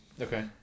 Okay